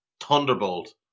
thunderbolt